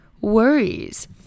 worries